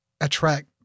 attract